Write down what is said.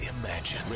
Imagine